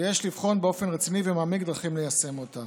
ויש לבחון באופן רציני ומעמיק דרכים ליישם אותה.